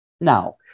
Now